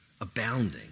abounding